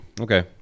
okay